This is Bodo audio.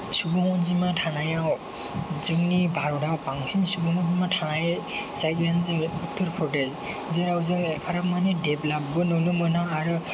सुबुं अनजिमा थानायाव जोंनि भारताव बांसिन सुबुं अनजिमा थानाय जायगायानो जाबाय उत्तर प्रदेस जेराव जोङो हादोरमानि डेभलपबो नुनो मोनो आरो